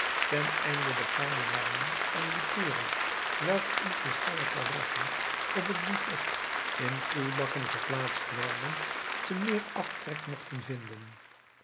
ten einde de fijne wijnen en likeuren welke in kristallen karaffen op het buffet in koelbakken geplaatst werden te meer aftrek mogten vinden